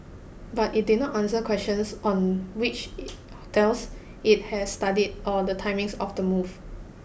but it did not answer questions on which hotels it has studied or the timings of the move